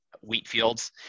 Wheatfields